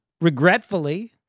regretfully